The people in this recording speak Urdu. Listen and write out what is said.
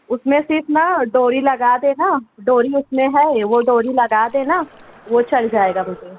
اس میں صرف نا ڈوری لگا دینا ڈوری اس میں ہے ہی وہ ڈوری لگا دینا وہ چل جائے گا مجھے